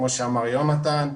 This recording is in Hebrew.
כמו שאמר יונתן,